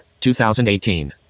2018